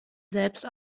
selbst